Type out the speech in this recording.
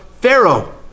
Pharaoh